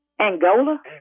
Angola